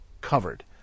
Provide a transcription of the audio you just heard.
covered